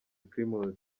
primus